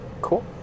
cool